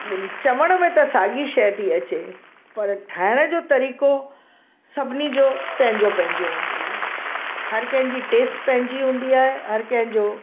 चवण में त साॻी शइ थी अचे पर ठाहिण जो तरीक़ो सभिनी जो पंहिंजो पंहिंजो हूंदो आहे हर कंहिंजी टेस्ट पंहिंजी हूंदी आहे हर कंहिंजो